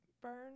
burn